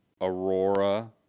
Aurora